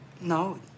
no